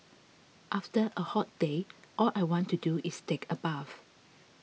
after a hot day all I want to do is take a bath